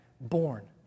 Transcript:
born